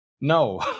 No